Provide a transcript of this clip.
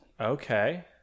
Okay